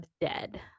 dead